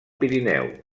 pirineu